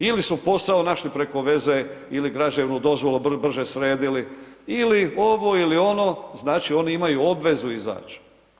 Ili su posao našli preko veze ili građevnu dozvolu brže sredili ili ovo ili ono, znači oni imaju obvezu izać.